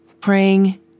praying